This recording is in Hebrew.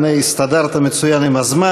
הנה, הסתדרת מצוין עם הזמן.